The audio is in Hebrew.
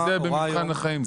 במבחן החיים,